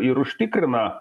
ir užtikrina